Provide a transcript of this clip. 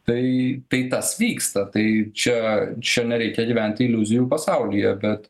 tai tai tas vyksta tai čia čia nereikia gyventi iliuzijų pasaulyje bet